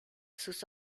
sus